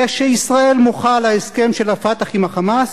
כשישראל מוחה על ההסכם של ה"פתח" עם ה"חמאס"